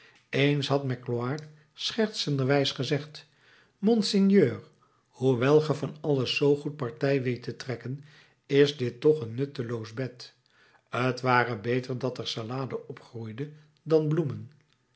eens had magloire schertsenderwijs gezegd monseigneur hoewel ge van alles zoo goed partij weet te trekken is dit toch een nutteloos bed t ware beter dat er salade op groeide dan bloemen